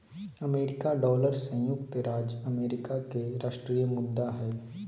America dollar संयुक्त राज्य America के राष्ट्रीय मुद्रा हइ